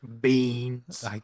Beans